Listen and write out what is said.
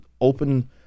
open